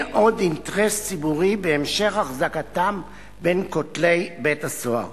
עוד אינטרס ציבורי בהמשך החזקתם בין כותלי בית-הסוהר.